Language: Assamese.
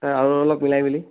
ছাৰ আৰু অলপ মিলাই মেলি